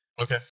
Okay